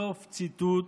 סוף ציטוט,